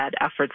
efforts